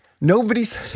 Nobody's